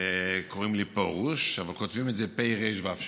וקוראים לי פֹּרוש אבל כותבים פרוש.